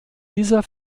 dieser